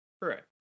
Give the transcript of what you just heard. Correct